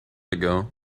ago